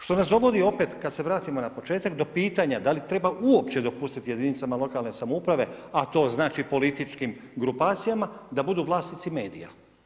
Što nas dovodi opet, kad se vratimo na početak, do pitanja da li treba uopće dopustiti jedinicama lokalne samouprave, a to znači političkim grupacijama da budu vlasnici medija.